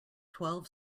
twelve